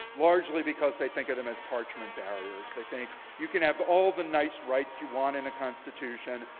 largely because they think of them as parchment barriers. they think you can have all the nice rights you want in a constitution,